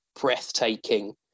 breathtaking